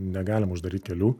negalima uždaryt kelių